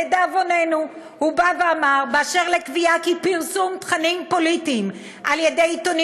לדאבוננו: באשר לקביעה שפרסום תכנים פוליטיים על-ידי עיתונים